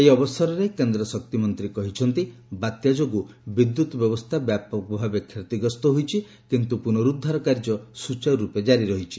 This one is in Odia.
ଏହି ଅବସରରେ କେନ୍ ଶକ୍ତିମନ୍ତ୍ରୀ କହିଛନ୍ତି ବାତ୍ୟା ଯୋଗୁଁ ବିଦ୍ୟୁତ୍ ବ୍ୟବସ୍ଥା ବ୍ୟାପକ ଭାବେ କ୍ଷତିଗ୍ରସ୍ତ ହୋଇଛି କିନ୍ତୁ ପୁନଃରୁଦ୍ଧାର କାର୍ଯ୍ୟ ସୁଚାରୁରୂପେ ଜାରି ରହିଛି